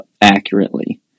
accurately